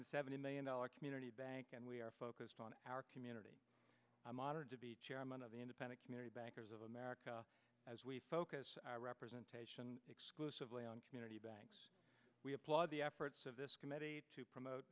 back seventy million dollars community bank and we are focused on our community i'm honored to be chairman of the independent community bankers of america as we focus our representation exclusively on community banks we applaud the efforts of this committee to promote